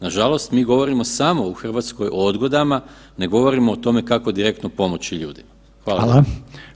Nažalost mi govorimo samo u Hrvatskoj o odgodama, ne govorimo o tome kako direktno pomoći ljudima.